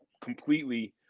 completely